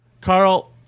Carl